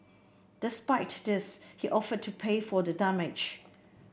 despite this he offered to pay for the damage